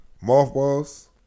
Mothballs